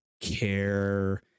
Care